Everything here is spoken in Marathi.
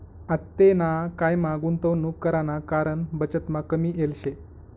आतेना कायमा गुंतवणूक कराना कारण बचतमा कमी येल शे